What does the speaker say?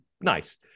nice